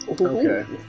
Okay